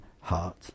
heart